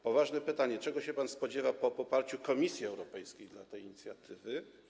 Poważne pytanie: Czego pan się spodziewa po poparciu Komisji Europejskiej dla tej inicjatywy?